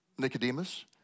Nicodemus